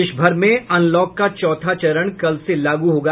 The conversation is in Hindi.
देश भर में अनलॉक का चौथा चरण कल से लागू होगा